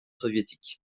soviétique